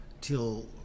till